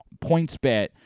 PointsBet